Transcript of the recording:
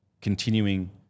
continuing